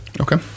Okay